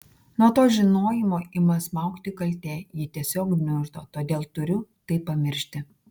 nuo to žinojimo ima smaugti kaltė ji tiesiog gniuždo todėl turiu tai pamiršti